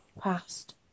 past